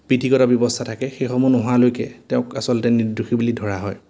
বিধিগত ব্যৱস্থা থাকে সেইসমূহ নোহোৱালৈকে তেওঁক আচলতে নিৰ্দোষী বুলি ধৰা হয়